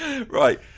Right